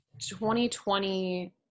2020